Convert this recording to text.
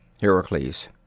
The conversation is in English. Heracles